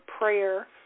Prayer